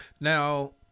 now